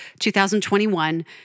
2021